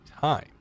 time